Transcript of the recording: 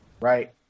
right